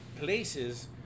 places